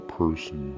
person